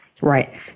Right